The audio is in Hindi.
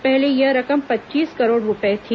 पहले यह रकम पच्चीस करोड़ रुपये थी